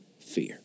fear